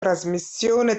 trasmissione